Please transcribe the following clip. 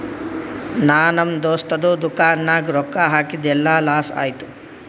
ನಾ ನಮ್ ದೋಸ್ತದು ದುಕಾನ್ ನಾಗ್ ರೊಕ್ಕಾ ಹಾಕಿದ್ ಎಲ್ಲಾ ಲಾಸ್ ಆಯ್ತು